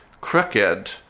Crooked